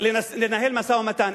לנהל משא-ומתן,